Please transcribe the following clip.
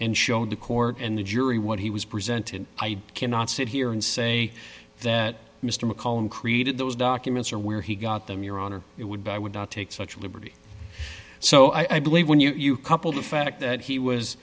and showed the court and the jury what he was presenting i cannot sit here and say that mr mccollum created those documents or where he got them your honor it would be i would not take such a liberty so i believe when you couple the fact that he was